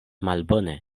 malbone